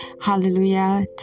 Hallelujah